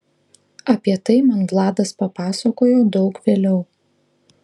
apie tai man vladas papasakojo daug vėliau